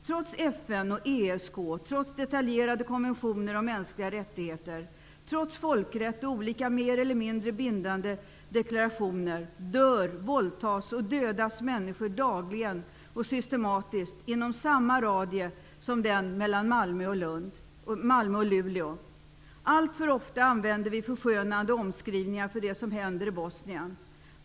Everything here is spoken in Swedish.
Trots FN och ESK, trots detaljerade konventioner om mänskliga rättigheter, trots folkrätt och olika mer eller mindre bindande deklarationer dör, våldtas och dödas människor dagligen och systematiskt inom samma radie som den mellan Malmö och Luleå. Alltför ofta använder vi förskönande omskrivningar för det som händer i Bosnien.